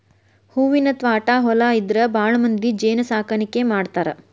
ಹೂವಿನ ತ್ವಾಟಾ ಹೊಲಾ ಇದ್ದಾರ ಭಾಳಮಂದಿ ಜೇನ ಸಾಕಾಣಿಕೆ ಮಾಡ್ತಾರ